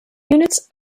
units